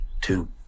two